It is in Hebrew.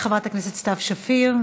חברת הכנסת סתיו שפיר,